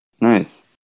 Nice